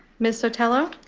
ms. sotelo.